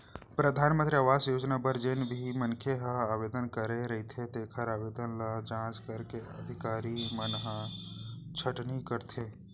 परधानमंतरी आवास योजना बर जेन भी मनखे ह आवेदन करे रहिथे तेखर आवेदन ल जांच करके अधिकारी मन ह छटनी करथे